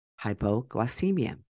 hypoglycemia